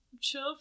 chill